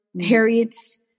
Harriet's